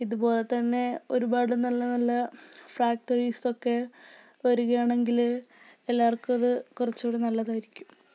ഇതുപോലതന്നെ ഒരുപാട് നല്ല നല്ല ഫ്രാക്ടറീസൊക്കെ വരികയാണെങ്കില് എല്ലാവർക്കും അത് കുറച്ചും കൂടെ നല്ലതായിരിക്കും